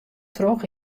troch